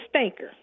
stinker